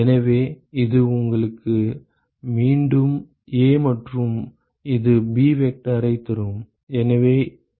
எனவே இது உங்களுக்கு மீண்டும் A மற்றும் இது b வெக்டரைத் தரும்